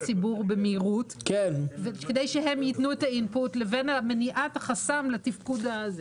הציבור במהירות כדי שהם ייתנו את האימפוט לבין מניעת החסם לתפקוד.